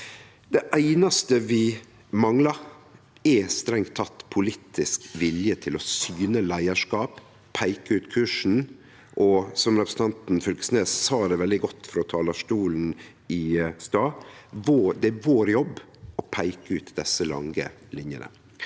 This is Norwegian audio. Det einaste vi strengt teke manglar, er politisk vilje til å syne leiarskap og peike ut kursen. Som representanten Fylkesnes sa det veldig godt frå talarstolen i stad: Det er vår jobb å peike ut desse lange linjene.